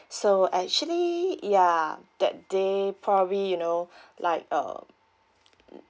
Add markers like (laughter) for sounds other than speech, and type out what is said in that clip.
so actually ya that day probably you know like um (noise)